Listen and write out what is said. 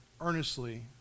earnestly